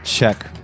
check